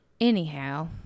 Anyhow